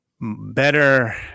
better